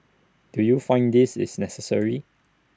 do you find this is necessary